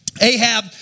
Ahab